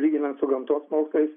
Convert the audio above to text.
lyginant su gamtos mokslais